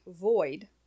Void